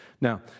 Now